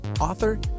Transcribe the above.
author